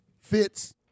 Fitz